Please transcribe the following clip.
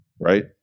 Right